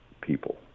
people